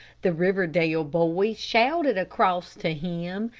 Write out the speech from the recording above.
the riverdale boy shouted across to him,